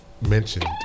Mentioned